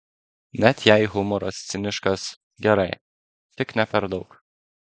net jei humoras ciniškas gerai tik ne per daug